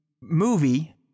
movie